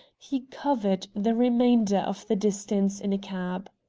he covered the remainder of the distance in a cab.